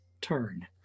turn